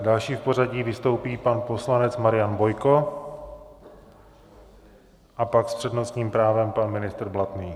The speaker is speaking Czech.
Další v pořadí vystoupí pan poslanec Marian Bojko a pak s přednostním právem pan ministr Blatný.